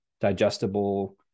digestible